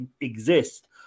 exist